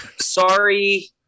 Sorry